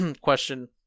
question